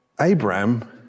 Abraham